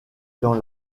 dans